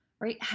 right